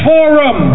Forum